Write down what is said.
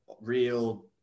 real